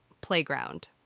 playground